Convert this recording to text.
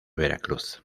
veracruz